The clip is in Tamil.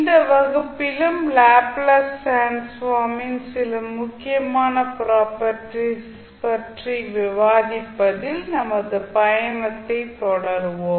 இந்த வகுப்பிலும் லேப்ளேஸ் டிரான்ஸ்ஃபார்ம் சில முக்கியமான ப்ராப்பர்ட்டீஸ் பற்றி விவாதிப்பதில் நமது பயணத்தை தொடருவோம்